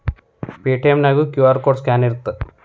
Paytm ನ್ಯಾಗು QR code scan ಇರತ್ತ